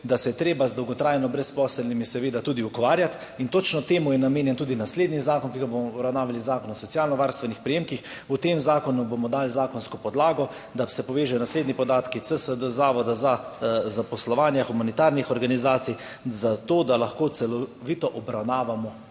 da se je treba z dolgotrajno brezposelnimi seveda tudi ukvarjati. In točno temu je namenjen tudi naslednji zakon, ki ga bomo obravnavali, zakon o socialno varstvenih prejemkih. V tem zakonu bomo dali zakonsko podlago, da se povežejo naslednji podatki, CSD, zavoda za zaposlovanje, humanitarnih organizacij, zato da lahko celovito obravnavamo